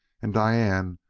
and diane,